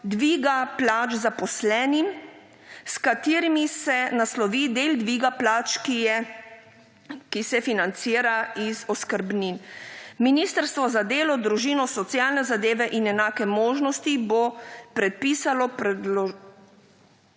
dviga plač zaposlenim, s katerimi se naslovi del dviga plač, ki se financira iz oskrbnin. Ministrstvo za delo, družino, socialne zadeve in enake možnosti bo predpisalo podroben